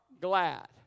glad